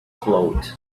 float